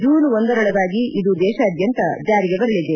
June ಒಂದರೊಳಗಾಗಿ ಇದು ದೇಶಾದ್ಯಂತ ಜಾರಿಗೆ ಬರಲಿದೆ